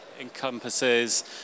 encompasses